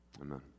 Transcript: amen